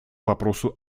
вопросу